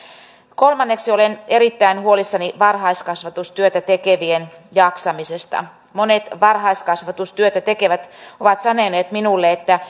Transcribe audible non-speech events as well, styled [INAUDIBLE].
kolmanneksi olen erittäin huolissani varhaiskasvatustyötä tekevien jaksamisesta monet varhaiskasvatustyötä tekevät ovat sanoneet minulle että [UNINTELLIGIBLE]